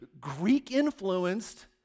Greek-influenced